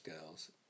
girls